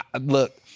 Look